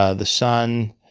ah the son.